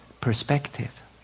perspective